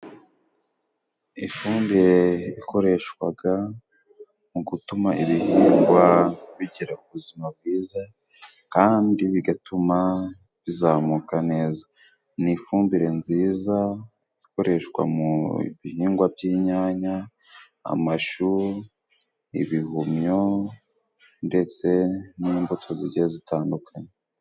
Ifumbire ikoreshwaga mu gutuma ibihingwa bigira ubuzima bwiza kandi bigatuma bizamuka neza, ni ifumbire nziza ikoreshwa mu bihingwa by'inyanya, amashu, ibihumyo ndetse n'imbuto zigiye zitandukanye.